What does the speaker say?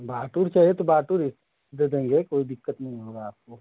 बाटुर चाहिए तो बाटुर दे देंगे कोई दिक्कत नहीं होगी आपको